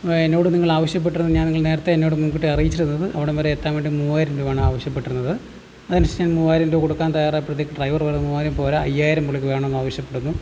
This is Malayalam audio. എന്നോട് നിങ്ങൾ ആവശ്യപ്പെട്ടത് ഞാൻ നിങ്ങൾ നേരത്തെ എന്നോട് മുൻകൂട്ടി അറിയിച്ചിരുന്നത് അവിടംവരെ എത്താൻ വേണ്ടി മുവായിരം രൂപ ആണ് ആവശ്യപ്പെട്ടിരുന്നത് അതനുസരിച്ച് ഞാൻ മുവായിരം രൂപ കൊടുക്കാൻ തയ്യാറായപ്പോഴത്തേക്കും ഡ്രൈവറ് പറഞ്ഞു മുവായിരം പോര അയ്യായിരം പുള്ളിക്ക് വേണം എന്ന് ആവശ്യപ്പെടുന്നു